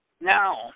now